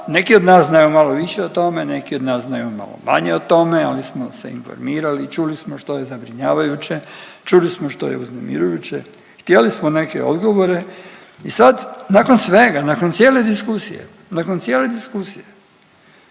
neki od nas znaju malo više o tome, neki od znaju malo manje o tome ali smo se informirali, čuli smo što je zabrinjavajuće, čuli smo što je uznemirujuće. Htjeli smo neke odgovore i sad nakon svega, nakon cijele diskusije, nakon cijele diskusije,